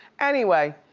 anyway,